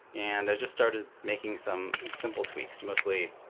and i just started making some simple tweaks, mostly